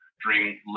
dream